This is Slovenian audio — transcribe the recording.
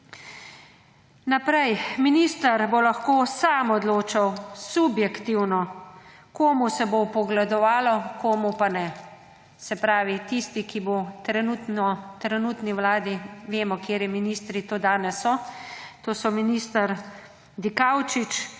Naprej. Minister bo lahko sam odločal subjektivno, komu se bo vpogledovalo, komu pa ne, se pravi tisti, ki bo v trenutni vladi, vemo, kateri ministri to danes so, to so minister Dikaučič,